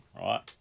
right